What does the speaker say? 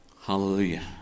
Hallelujah